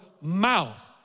mouth